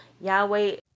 Yahweh